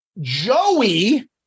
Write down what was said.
Joey